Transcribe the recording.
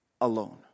alone